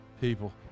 people